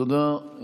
תודה.